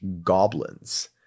goblins